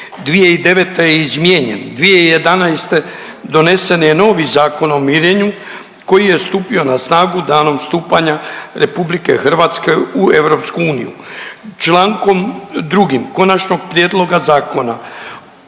2009. je izmijenjen, 2011. donesen je novi Zakon o mirenju koji je stupio na snagu danom stupanja Republike Hrvatske u EU. Člankom 2. Konačnog prijedloga zakona